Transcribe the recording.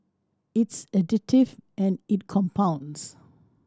it's additive and it compounds